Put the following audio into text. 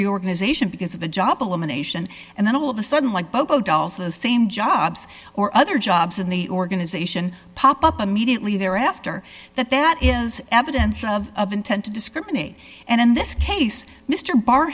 reorganization because of the job elimination and then all of a sudden like boko dolls the same jobs or other jobs in the organization pop up immediately thereafter that that is evidence of intent to discriminate and in this case mr bar